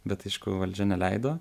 bet aišku valdžia neleido